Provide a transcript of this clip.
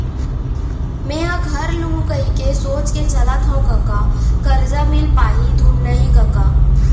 मेंहा घर लुहूं कहिके सोच के चलत हँव कका करजा मिल पाही धुन नइ कका